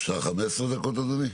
אפשר 15 דקות אדוני?